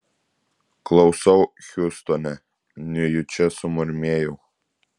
klausau hiūstone nejučia sumurmėjau